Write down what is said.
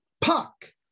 puck